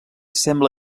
sembla